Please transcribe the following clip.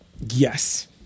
Yes